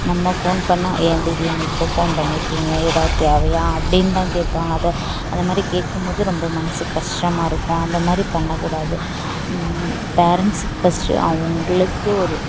நம்ம ஃபோன் பண்ணிணா ஏன் திடீர்னு இப்போ ஃபோன் பண்ணியிருக்கீங்க எதாவது தேவையா அப்படின்னு தான் கேட்பாங்க அதை அது மாதிரி கேட்கும் போது ரொம்ப மனசுக்கு கஷ்டமாக இருக்கும் அந்தமாதிரி பண்ணக் கூடாது பேரண்ட்ஸுக்கு ஃபஸ்ட்டு அவங்களுக்கு ஒரு